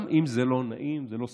גם אם זה לא נעים, לא סימפתי,